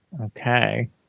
Okay